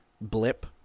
blip